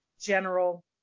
general